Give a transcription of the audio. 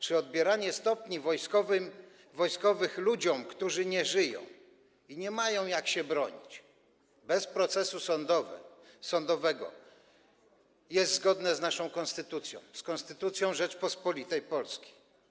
Czy odbieranie stopni wojskowych ludziom, którzy nie żyją i nie mają jak się bronić, bez procesu sądowego jest zgodne z naszą konstytucją, z Konstytucją Rzeczypospolitej Polskiej?